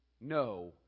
No